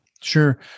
Sure